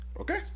Okay